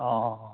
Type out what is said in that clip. অঁ অঁ